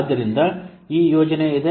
ಆದ್ದರಿಂದ ಈ ಯೋಜನೆ ಇದೆ